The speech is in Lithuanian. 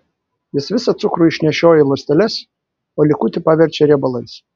jis visą cukrų išnešioja į ląsteles o likutį paverčia riebalais